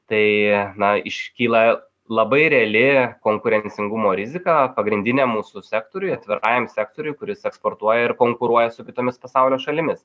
tai na iškyla labai reali konkurencingumo rizika pagrindinė mūsų sektoriui atvirajam sektoriui kuris eksportuoja ir konkuruoja su kitomis pasaulio šalimis